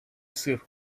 сир